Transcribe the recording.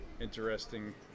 interesting